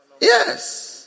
Yes